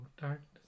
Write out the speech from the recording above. darkness